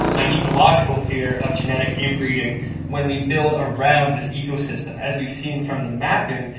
my ecological fear, of genetic inbreeding when we build around this ecosystem. as we've seen from the mapping,